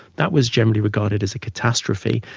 that was generally regarded as a catastrophe,